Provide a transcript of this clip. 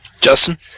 Justin